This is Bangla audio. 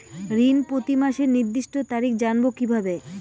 ঋণ প্রতিমাসের নির্দিষ্ট তারিখ জানবো কিভাবে?